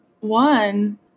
one